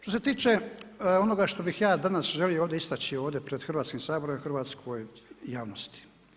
Što se tiče onoga što bih ja danas želio ovdje istaći ovdje pred Hrvatskim saborom i hrvatskoj javnosti.